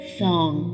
song